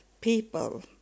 people